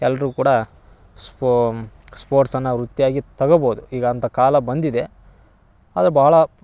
ಎಲ್ಲರೂ ಕೂಡ ಸ್ಪೋರ್ಟ್ಸನ್ನ ವೃತ್ತಿಯಾಗಿ ತಗಬೋದು ಈಗ ಅಂಥಾ ಕಾಲ ಬಂದಿದೆ ಆದ್ರ ಬಾಳ